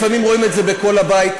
לפעמים רואים את זה בכל הבית,